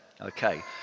Okay